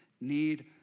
need